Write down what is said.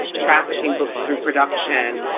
trafficking books through production,